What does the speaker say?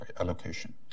allocation